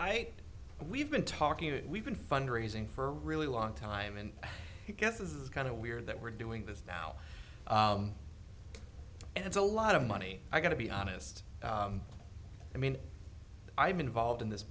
think we've been talking we've been fund raising for a really long time and i guess is kind of weird that we're doing this now and it's a lot of money i got to be honest i mean i'm involved in this